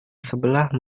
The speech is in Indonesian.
sebelah